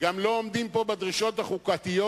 וגם לא עומדים פה בדרישות החוקתיות,